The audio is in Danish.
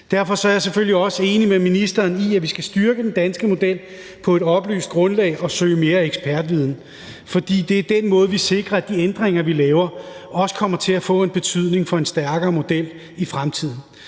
Derfor er jeg selvfølgelig også enig med ministeren i, at vi skal styrke den danske model på et oplyst grundlag og søge mere ekspertviden, for det er den måde, vi sikrer, at de ændringer, vi laver, også kommer til at få en betydning for en stærkere model i fremtiden.